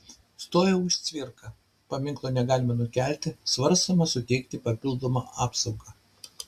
stojo už cvirką paminklo negalima nukelti svarstoma suteikti papildomą apsaugą